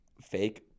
fake